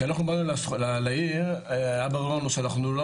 כשבאנו לעיר היה ברור לנו שאנחנו לא